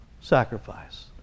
sacrifice